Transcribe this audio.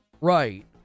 Right